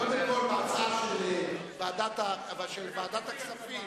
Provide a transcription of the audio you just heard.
קודם כול, בהצעה של ועדת הכספים